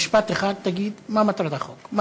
במשפט אחד תגיד מה מטרת החוק.